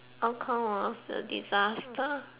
the disaster